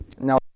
Now